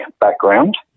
background